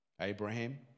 Abraham